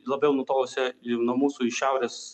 labiau nutolusią nuo mūsų į šiaurės